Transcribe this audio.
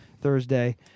Thursday